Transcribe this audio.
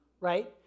right